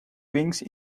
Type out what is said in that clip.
wings